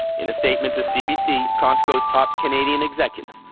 in a statement to cbc, costco's top canadian executive,